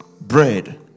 bread